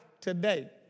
today